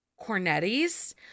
cornettis